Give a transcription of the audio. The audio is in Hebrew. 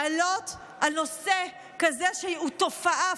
להעלות על נושא כזה שהוא תופעה,